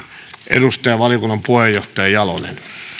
edustaja valiokunnan puheenjohtaja jalonen